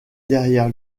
derrière